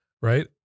right